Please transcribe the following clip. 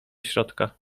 środka